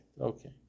Okay